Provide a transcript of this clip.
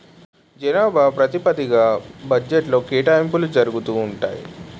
జనాభా ప్రాతిపదిగ్గా బడ్జెట్లో కేటాయింపులు జరుగుతూ ఉంటాయి